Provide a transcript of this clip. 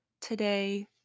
today